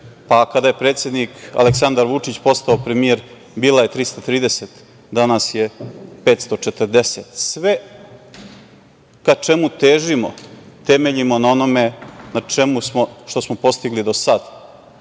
pa kada je predsednik Aleksandar Vučić postao premijer bila je 330, danas je 540… Sve ka čemu težimo temeljimo na onome što smo postigli do sada